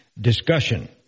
discussion